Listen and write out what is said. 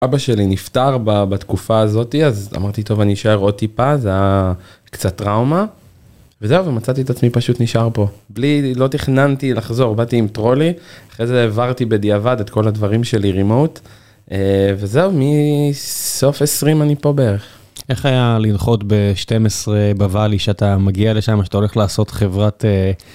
אבא שלי נפטר בתקופה הזאתי אז אמרתי טוב אני אשאר עוד טיפה זה היה קצת טראומה וזהו ומצאתי את עצמי פשוט נשאר פה בלי לא תכננתי לחזור באתי עם טרולי, אחרי זה העברתי בדיעבד את כל הדברים שלי רימוט וזהו מסוף 20 אני פה בערך. איך היה לנחות ב12 בוואלי שאתה מגיע לשם שאתה הולך לעשות חברת.